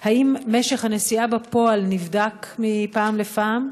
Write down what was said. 2. האם משך הנסיעה בפועל נבדק מפעם לפעם?